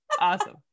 Awesome